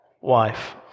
wife